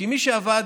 כי מי שהיה